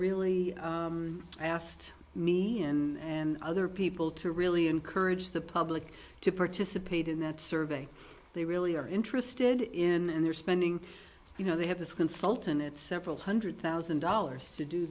really asked me and other people to really encourage the public to participate in that survey they really are interested in and they're spending you know they have this consultant at several hundred thousand dollars to do